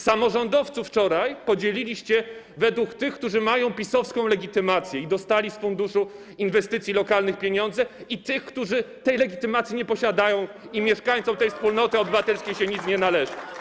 Samorządowców wczoraj podzieliliście na tych, którzy mają PiS-owską legitymację i dostali pieniądze z funduszu inwestycji lokalnych, i tych, którzy tej legitymacji nie posiadają - i mieszkańcom tej wspólnoty obywatelskiej się nic nie należy.